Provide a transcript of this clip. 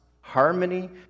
harmony